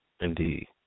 Indeed